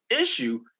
issue